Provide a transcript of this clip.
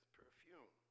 perfume